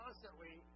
Constantly